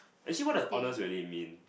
actually what does honours really mean